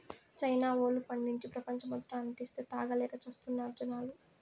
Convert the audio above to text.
China వోల్లు పండించి, ప్రపంచమంతటా అంటిస్తే, తాగలేక చస్తున్నారు జనాలు